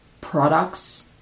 products